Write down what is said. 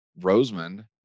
Rosemond